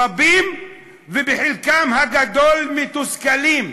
רבים, וחלקם הגדול מתוסכלים,